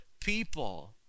people